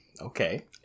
okay